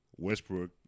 Westbrook